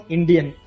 Indian